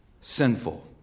sinful